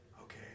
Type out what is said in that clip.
okay